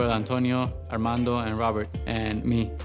but antonio, armando and robert and me.